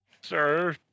Sir